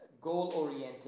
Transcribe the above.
goal-oriented